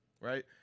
right